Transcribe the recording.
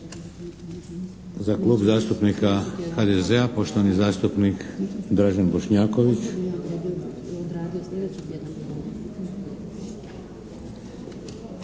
Za Klub zastupnika HDZ-a poštovani zastupnik Dražen Bošnjaković.